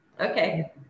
Okay